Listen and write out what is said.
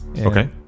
Okay